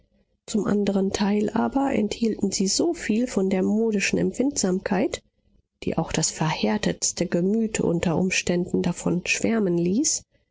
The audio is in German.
zum andern teil aber enthielten sie viel von der modischen empfindsamkeit die auch das verhärtetste gemüt unter umständen davon schwärmen ließ